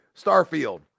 Starfield